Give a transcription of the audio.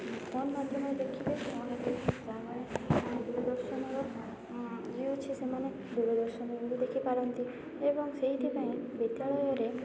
phone ମାଧ୍ୟମରେ ଦେଖିବେ phone ଏତେ ଦୂରଦର୍ଶନର ଇଏ ହେଉଛି ସେମାନେ ଦୂରଦର୍ଶନକୁ ବି ଦେଖିପାରନ୍ତି ଏବଂ ସେଇଥିପାଇଁ ବିଦ୍ୟାଳୟରେ